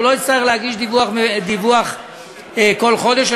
הוא לא יצטרך להגיש דיווח כל חודש,